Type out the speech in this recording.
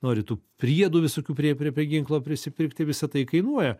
nori tų priedų visokių prie prie ginklo prisipirkti visa tai kainuoja